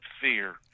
fear